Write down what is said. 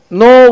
no